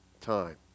time